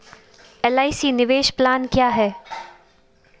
LIC निवेश plan क्या है?